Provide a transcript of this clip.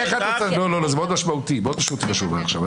לא, זה מאוד משמעותי, מה שהוא אמר עכשיו.